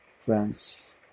friends